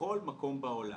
בכל מקום בעולם.